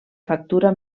factura